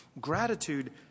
Gratitude